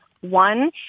One